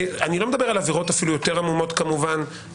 אני לא מדבר על עבירות יותר עמומות בהקשר